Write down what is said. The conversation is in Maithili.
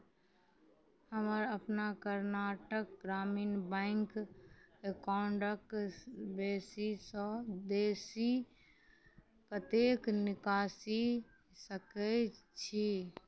हमर अपना कर्नाटक ग्रामीण बैँक एकाउण्टसे बेसीसँ बेसी कतेक निकासी कऽ सकै छी